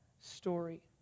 story